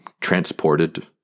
transported